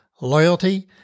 loyalty